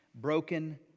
broken